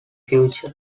future